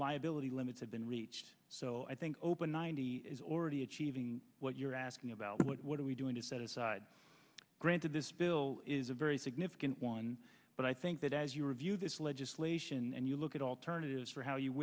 liability limits have been reached so i think open ninety is already achieving what you're asking about what are we doing to set aside granted this bill is a very significant one but i think that as you review this legislation and you look at alternatives for how you